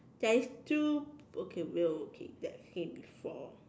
there is still okay we'll take that same before